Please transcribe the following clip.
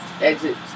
Exit